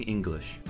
English，